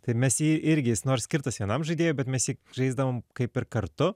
tai mes jį irgi jis nors skirtas vienam žaidėjui bet mes žaisdavom kaip ir kartu